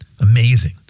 Amazing